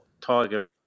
Tiger –